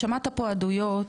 שמעת פה עדויות